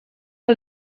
que